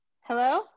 hello